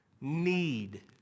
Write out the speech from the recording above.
need